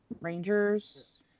rangers